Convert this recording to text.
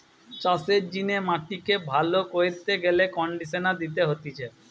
চাষের জিনে মাটিকে ভালো কইরতে গেলে কন্ডিশনার দিতে হতিছে